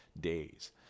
days